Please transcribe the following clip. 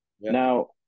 now